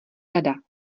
rada